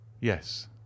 yes